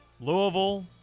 Louisville